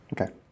Okay